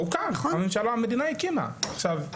הוקם, המדינה הקימה, עכשיו ,